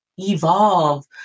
Evolve